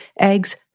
eggs